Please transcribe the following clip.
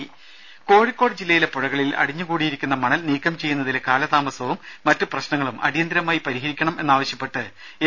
രുമ കോഴിക്കോട് ജില്ലയിലെ പുഴകളിൽ അടിഞ്ഞു കൂടിയിരിക്കുന്ന മണൽ നീക്കം ചെയ്യുന്നതിലെ കാലതാമസവും മറ്റ് പ്രശ്നങ്ങളും അടിയന്തരമായി പരിഹരിക്കണമെന്നാവശ്യപ്പെട്ട് എം